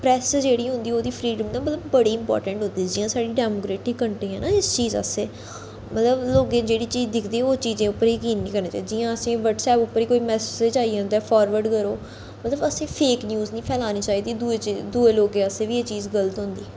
press जेह्ड़ी होंदी ओह्दी फ्रीडम मतलब बड़ी इंपाटैंट होंदी जियां साढ़ी डैमोकरेटिक कंट्री ऐ नां इस चीज आस्तै मतलब लोक जो चीज दिखदे उस चीज पर जकीन नी करना चाहिदा जियां अस बाट्सऐप उप्पर कोई मैसज आई जंदा फारवर्ड करो मतलब असें फेक न्यूज नी फैलानी चाहिदी दुए लोकें आस्तै बी एह् चीज गलत होंदी